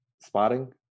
spotting